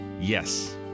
Yes